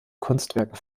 kunstwerken